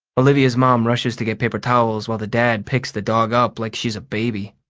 olivia's mom rushes to get paper towels while the dad picks the dog up like she's a baby.